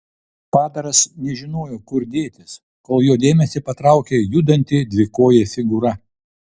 padaras nežinojo kur dėtis kol jo dėmesį patraukė judanti dvikojė figūra